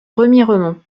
remiremont